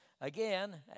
again